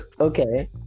Okay